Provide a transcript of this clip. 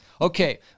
Okay